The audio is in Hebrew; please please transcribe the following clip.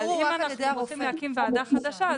אבל אם אנחנו רוצים להקים ועדה חדשה,